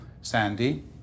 Sandy